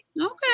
Okay